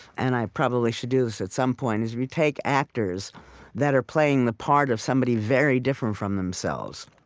and i probably should do this at some point, is, if you take actors that are playing the part of somebody very different from themselves,